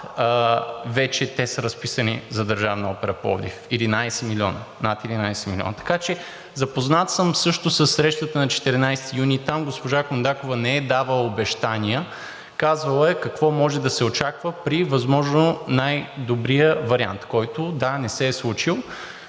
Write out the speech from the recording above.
вече те са разписани за Държавна опера – Пловдив, – 11 милиона, над 11 милиона. Запознат съм също със срещата на 14 юни. Там госпожа Кондакова не е давала обещания. Казвала е какво може да се очаква при възможно най-добрия вариант, който, да, не се е случил.